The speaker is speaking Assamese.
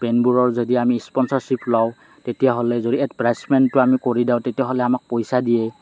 পেনবোৰৰ যদি আমি স্পনচৰশ্বিপ লওঁ তেতিয়াহ'লে যদি এডপ্ৰাইজমেণ্টটো আমি কৰি দিওঁ তেতিয়াহ'লে আমাক পইচা দিয়ে